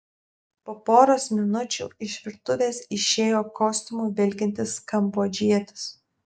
po poros minučių iš virtuvės išėjo kostiumu vilkintis kambodžietis